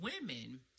women